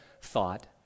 thought